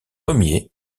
ier